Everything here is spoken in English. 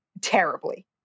terribly